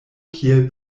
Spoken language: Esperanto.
kiel